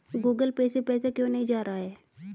Google Pay से पैसा क्यों नहीं जा रहा है?